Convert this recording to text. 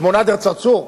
שמו נאדר צרצור,